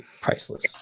Priceless